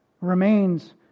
remains